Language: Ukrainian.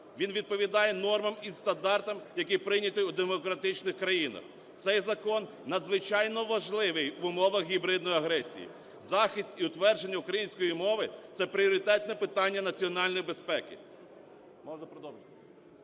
він відповідає нормам і стандартам, які прийняті у демократичних країнах. Цей закон надзвичайно важливий в умовах гібридної агресії. Захист і утвердження української мови – це пріоритетне питання національної безпеки…